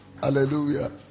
Hallelujah